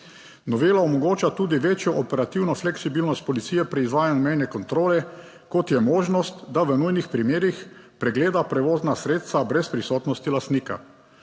Novela omogoča tudi večjo operativno fleksibilnost policije pri izvajanju mejne kontrole, kot je možnost, da v nujnih primerih pregleda prevozna sredstva brez prisotnosti lastnika.